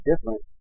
different